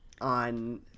on